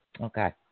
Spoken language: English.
Okay